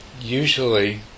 Usually